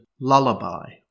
Lullaby